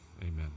amen